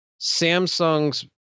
samsung's